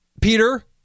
Peter